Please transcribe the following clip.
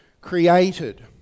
created